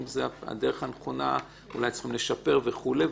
האם זאת הדרך הנכונה ואולי צריך לשפר וכולי.